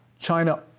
China